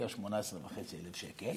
משתכר 18,500 שקל,